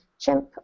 chimp